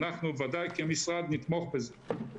אנחנו ודאי כמשרד נתמוך בזה.